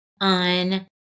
on